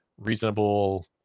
reasonable